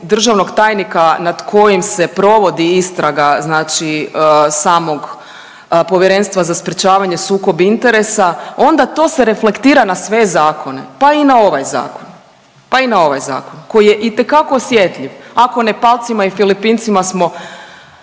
državnog tajnika nad kojim se provodi istraga samog Povjerenstva za sprečavanje sukob interesa onda to se reflektira na sve zakone pa i na ovaj zakon, pa i na ovaj zakon koji je itekako osjetljive. Ako Nepalcima i Filipincima smo